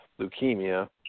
leukemia